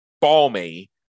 balmy